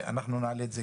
אנחנו נעלה את זה,